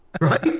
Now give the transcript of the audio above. Right